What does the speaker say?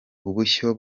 ubushyo